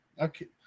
okay